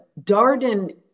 Darden